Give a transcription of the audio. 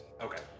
okay